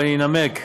ואני אנמק.